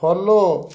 follow